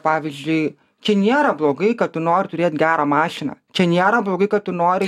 pavyzdžiui čia nėra blogai kad tu nori turėt gerą mašiną čia nėra blogai kad tu nori